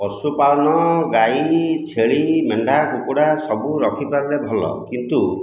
ପଶୁପାଳନ ଗାଈ ଛେଳି ମେଣ୍ଢା କୁକୁଡ଼ା ସବୁ ରଖିପାରିଲେ ଭଲ କିନ୍ତୁ